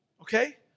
Okay